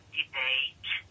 debate